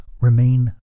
remain